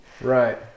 Right